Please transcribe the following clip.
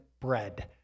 bread